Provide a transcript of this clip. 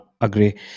agree